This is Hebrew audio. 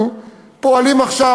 אנחנו פועלים עכשיו,